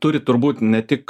turit turbūt ne tik